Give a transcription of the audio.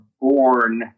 born